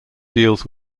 deals